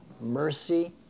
Mercy